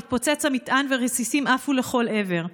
התפוצץ המטען ורסיסים עפו לכל עבר.